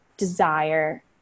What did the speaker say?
desire